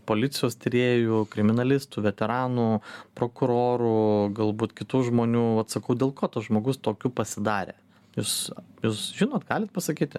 policijos tyrėjų kriminalistų veteranų prokurorų galbūt kitų žmonių vat sakau dėl ko tas žmogus tokiu pasidarė jūs jūs žinot galit pasakyti